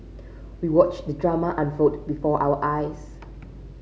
we watched the drama unfold before our eyes